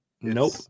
Nope